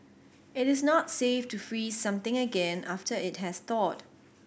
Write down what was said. it is not safe to freeze something again after it has thawed